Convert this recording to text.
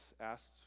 asks